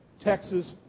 Texas